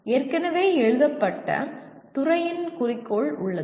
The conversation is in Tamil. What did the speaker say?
ஏற்கனவே எழுதப்பட்ட துறையின் குறிக்கோள் உள்ளது